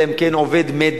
אלא אם כן עובד מדינה.